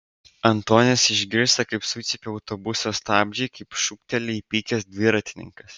antonis išgirsta kaip sucypia autobuso stabdžiai kaip šūkteli įpykęs dviratininkas